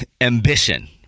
ambition